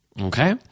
Okay